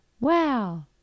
Wow